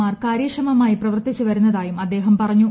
R കാര്യക്ഷമമായി പ്രവർത്തിച്ച് വരുന്നതായും അദ്ദേഹം പറഞ്ഞു